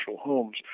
homes